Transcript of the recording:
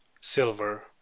silver